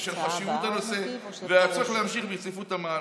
בשל חשיבות הנושא והצורך להמשיך ברציפות המהלך.